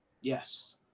yes